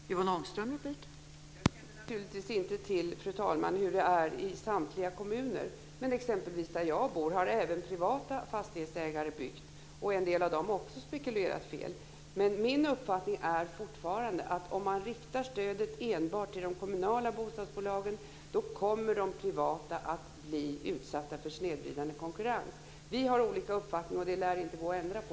Fru talman! Jag känner naturligtvis inte till hur det är i samtliga kommuner. Men exempelvis där jag bor har även privata fastighetsägare byggt, och en del av dem har också spekulerat fel. Min uppfattning är fortfarande att om man riktar stödet enbart till de kommunala bostadsbolagen så kommer de privata att bli utsatta för snedvridande konkurrens. Vi har olika uppfattning, och det lär inte gå att ändra på.